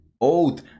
old